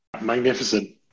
Magnificent